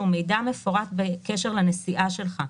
שהוא מידע מפורט בקשר לנסיעה שלך.